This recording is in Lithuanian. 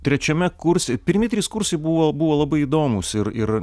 trečiame kurse pirmi trys kursai buvo buvo labai įdomūs ir ir